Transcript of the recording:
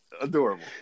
Adorable